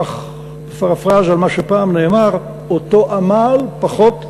כך פרפראזה על מה שפעם נאמר: אותו עמל, פחות חשמל.